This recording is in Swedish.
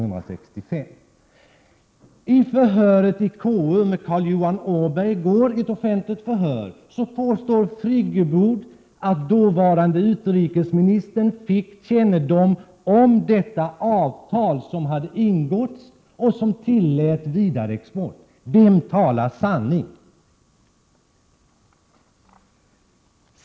I gårdagens offentliga förhör i konstitutionsutskottet med Carl Johan Åberg påstod Birgit Friggebo att den dåvarande utrikesministern 1965 fick kännedom om det avtal som hade ingåtts och som tillät vidareexport. Vem talar sanning?